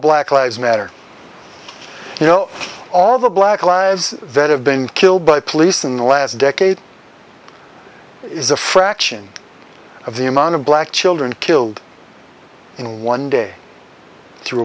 black lives matter you know all the black lives that have been killed by police in the last decade is a fraction of the amount of black children killed in one day through